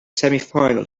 semifinal